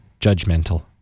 judgmental